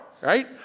right